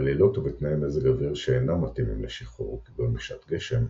בלילות ובתנאי מזג אוויר שאינם מתאימים לשיחור כגון בשעת גשם,